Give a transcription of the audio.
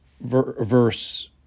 verse